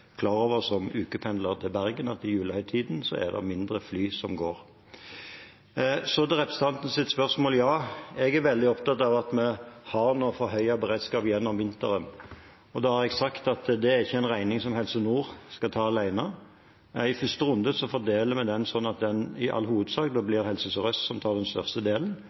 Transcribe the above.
klar over som ukependler til Bergen at i julehøytiden er det færre fly som går. Så til representantens spørsmål: Ja, jeg er veldig opptatt av at vi nå har forhøyet beredskap gjennom vinteren. Da har jeg sagt at det ikke er en regning Helse Nord skal ta alene. I første runde fordeler vi den sånn at det i all hovedsak blir Helse Sør-Øst som tar den største delen.